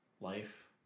life